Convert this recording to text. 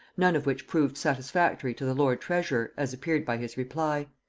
none of which proved satisfactory to the lord treasurer, as appeared by his reply.